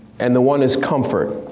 and the one is comfort.